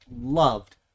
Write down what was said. loved